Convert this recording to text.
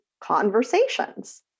conversations